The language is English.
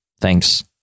Thanks